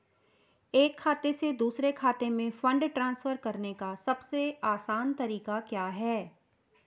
एक खाते से दूसरे खाते में फंड ट्रांसफर करने का सबसे आसान तरीका क्या है?